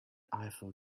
eiffel